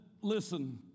listen